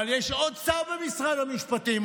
אבל יש עוד שר במשרד המשפטים,